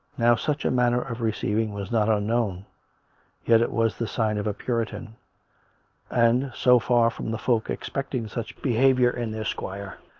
now such a manner of receiving was not unknown yel it was the sign of a puritan and, so far from the folk expecting such behaviour in their squire,